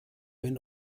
wenn